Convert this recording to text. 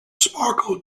sparkle